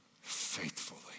faithfully